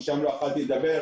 כי שם לא יכולתי לדבר,